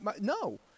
no